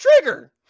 trigger